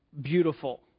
beautiful